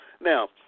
Now